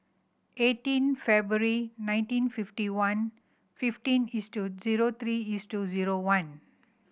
eighteen February nineteen fifty one fifteen is to zero three is to zero one